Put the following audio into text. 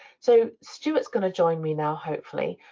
so stuart's gonna join me now hopefully,